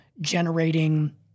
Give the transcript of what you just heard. generating